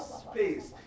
space